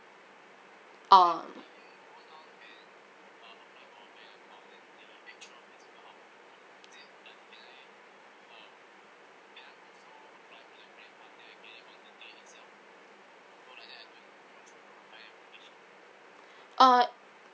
um uh